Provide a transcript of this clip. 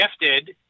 gifted